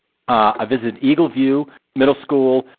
i visited eagle view middle school.